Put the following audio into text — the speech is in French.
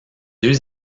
deux